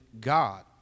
God